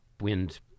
wind